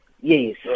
Yes